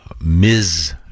Ms